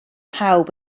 pawb